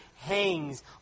hangs